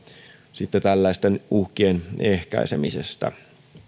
sitten tällaisten uhkien ehkäisemisestä